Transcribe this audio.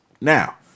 Now